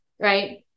Right